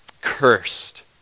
Cursed